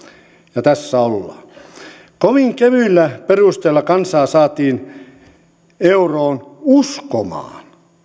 ja tässä ollaan kovin kevyillä perusteilla kansaa saatiin euroon uskomaan